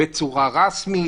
בצורה רשמית,